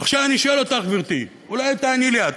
עכשיו, אני שואל אותך, גברתי, אולי תעני לי את?